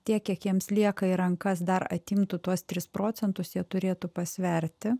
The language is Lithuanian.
tiek kiek jiems lieka į rankas dar atimtų tuos tris procentus jie turėtų pasverti